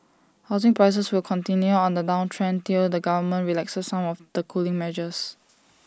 housing prices will continue on the downtrend till the government relaxes some of the cooling measures